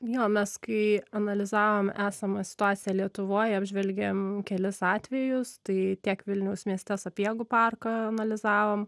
jo mes kai analizavom esamą situaciją lietuvoj apžvelgėm kelis atvejus tai tiek vilniaus mieste sapiegų parką analizavom